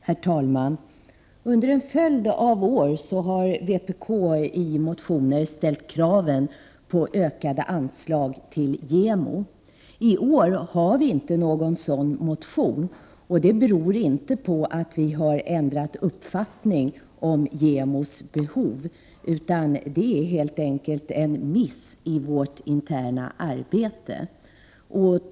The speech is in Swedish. Herr talman! Under en följd av år har vpk i motioner ställt krav på ökade anslag till JämO. I år har vi inte väckt någon sådan motion, och det beror inte på att vi har ändrat uppfattning om JämO:s behov, utan det är helt enkelt en miss i vårt interna arbete.